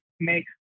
make